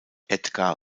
edgar